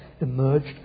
emerged